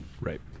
Right